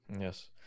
yes